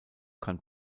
kann